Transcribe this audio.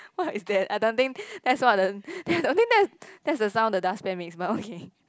what is that I don't think that's what the I don't think that's the sound the dustpan makes but okay